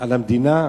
על המדינה,